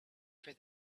for